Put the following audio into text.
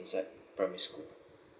inside primary school